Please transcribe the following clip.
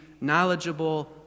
knowledgeable